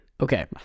Okay